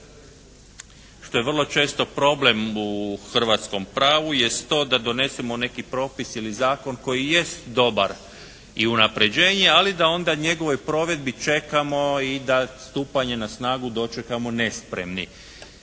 što je vrlo često problem u hrvatskom pravu, jest to da donesemo neki propis ili zakon koji jest dobar i unapređenje, ali da onda u njegovoj provedbi čekamo i da stupanje na snagu dočekamo nespremni.